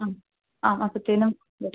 ആ ആ അപ്പത്തേനും വരും